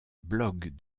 blog